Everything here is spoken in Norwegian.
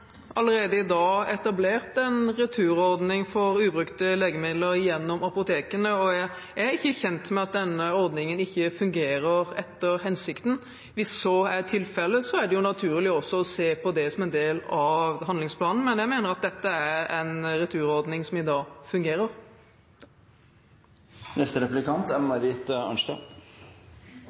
allerede i dag etablert en returordning for ubrukte legemidler gjennom apotekene. Jeg er ikke kjent med at denne ordningen ikke fungerer etter hensikten. Hvis så er tilfellet, er det naturlig å se på dette som en del av handlingsplanen, men jeg mener at dette er en returordning som fungerer i dag. Det er